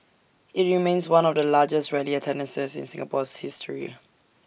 IT remains one of the largest rally attendances in Singapore's history